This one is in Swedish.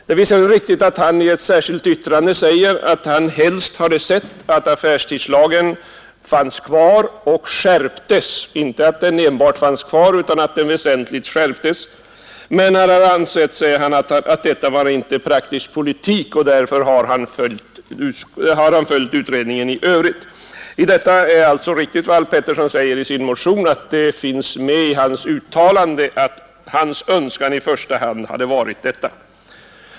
Det är visserligen riktigt att han i ett särskilt yttrande säger att han helst hade sett att affärstidslagen fanns kvar och skärptes — inte enbart att den fanns kvar utan att den väsentligt skärptes — men han har ansett, säger han, att detta inte är praktisk politik, och därför har han följt utredningens övriga ledamöter. Det är alltså riktigt som Alf Pettersson säger i sin motion, att det finns med i förbundsordförandens uttalande att hans önskan i första hand hade varit detta.